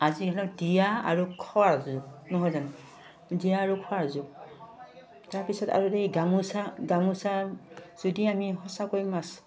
আজি হ'ল দিয়া আৰু খোৱাৰ যুগ নহয় জানো দিয়া আৰু খোৱাৰ যুগ তাৰপিছত আৰু এই গামোচা গামোচা যদি আমি সঁচাকৈ মাছ